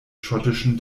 schottischen